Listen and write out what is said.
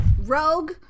Rogue